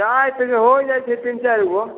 चाय तऽ होइ जाइ छै तीन चारि गो